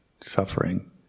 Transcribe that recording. suffering